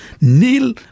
kneel